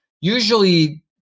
usually